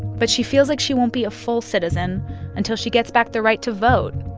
but she feels like she won't be a full citizen until she gets back the right to vote,